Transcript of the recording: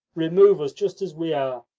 remove us just as we are.